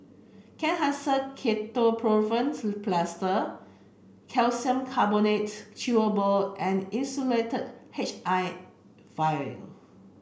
Kenhancer Ketoprofen Plaster Calcium Carbonate Chewable and Insulatard H I vial